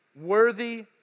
worthy